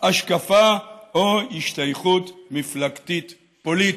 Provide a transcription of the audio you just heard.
השקפה או השתייכות מפלגתית-פוליטית".